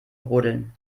rodeln